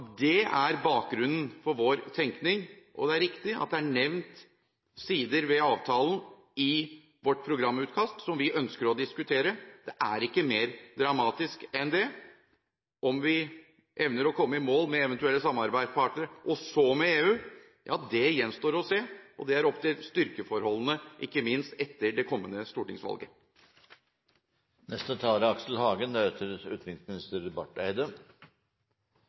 det er bakgrunnen for vår tenkning. Det er riktig at det er nevnt sider ved avtalen i vårt programutkast som vi ønsker å diskutere. Det er ikke mer dramatisk enn det. Om vi evner å komme i mål med eventuelle samarbeidspartnere, og så med EU, gjenstår å se. Og det er opp til styrkeforholdene, ikke minst etter det kommende stortingsvalget. Jeg er